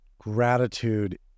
gratitude